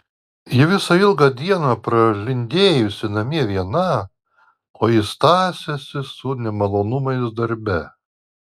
ji visą ilgą dieną pralindėjusi namie viena o jis tąsęsis su nemalonumais darbe